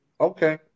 Okay